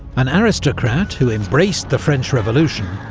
an aristocrat who embraced the french revolution,